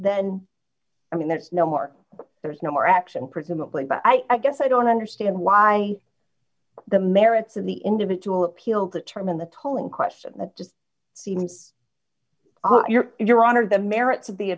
then i mean that's no more there's no more action presumably but i guess i don't understand why the merits of the individual appeal determine the tolling question that just seems your in your honor the merits of the